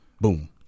boom